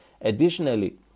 Additionally